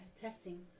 testing